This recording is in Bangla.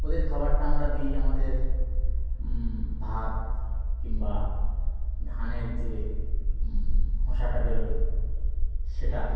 ওদের খাবারটা আমরা দিই আমাদের ভাত কিংবা ধানের যে খোঁসাটা বেরোয় সেটা